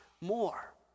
more